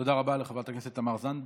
תודה רבה לחברת הכנסת תמר זנדברג.